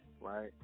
right